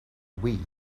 wii